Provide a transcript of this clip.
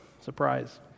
surprise